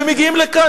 ומגיעים לכאן?